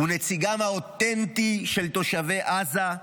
הוא נציגם האותנטי של תושבי עזה,